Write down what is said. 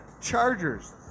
Chargers